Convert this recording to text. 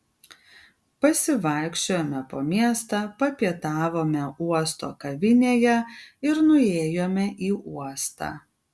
pasivaikščiojome po miestą papietavome uosto kavinėje ir nuėjome į uostą